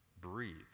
breathe